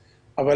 מזון.